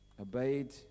Obeyed